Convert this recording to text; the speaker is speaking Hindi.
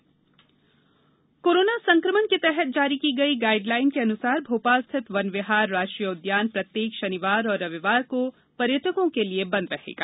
वन विहार कोरोना संक्रमण के तहत जारी की गई गाइड लाइन के अनुसार भोपाल स्थित वन विहार राष्ट्रीय उद्यान प्रत्येक शनिवार और रविवार को पर्यटकों के लिये बंद रहेगा